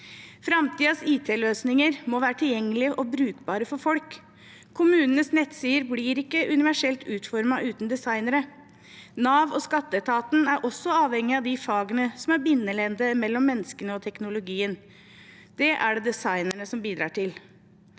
Framtidens IT-løsninger må være tilgjengelige og brukbare for folk. Kommunenes nettsider blir ikke universelt utformet uten designere. Nav og Skatteetaten er også avhengig av de fagene som er bindeleddet mellom menneskene og teknologien. Det er det designere som bidrar til.